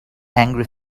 angry